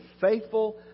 faithful